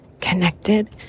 connected